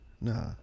Nah